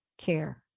care